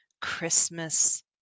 christmas